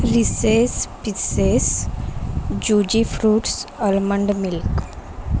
laissez pieces juicy fruits almond milk